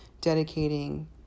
dedicating